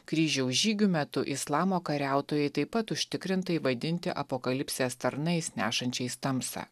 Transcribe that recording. kryžiaus žygių metu islamo kariautojai taip pat užtikrintai vadinti apokalipsės tarnais nešančiais tamsą